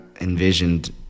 envisioned